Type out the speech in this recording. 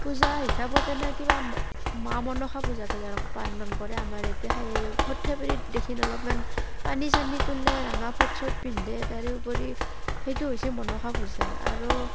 পূজা হিচাপত এনেই কিবা মা মনসা পূজাটো ইয়াৰ পালন কৰে আমাৰ ইয়াতে সেই সৰ্থেবাৰীত দেখিন অলপমান পানী চানী তোলে ৰঙা ফোট চোট পিন্ধে তাৰে উপৰি সেইটো হৈছে মনসা পূজা আৰু